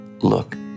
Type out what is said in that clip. look